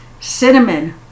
cinnamon